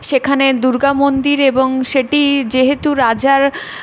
সেখানে দুর্গা মন্দির এবং সেটি যেহেতু রাজার